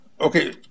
Okay